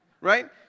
right